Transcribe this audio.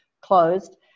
closed